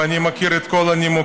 ואני מכיר את כל הנימוקים,